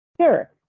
Sure